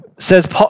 says